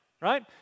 Right